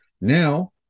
Now